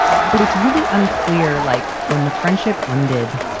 but it's really unclear, like when the friendship ended.